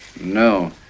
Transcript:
No